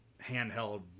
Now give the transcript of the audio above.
handheld